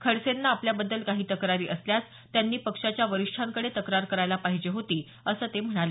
खडसेंना आपल्याबद्दल काही तक्रारी असल्यास त्यांनी पक्षाच्या वरीष्ठांकडे तक्रार करायला पाहिजे होती असं ते म्हणाले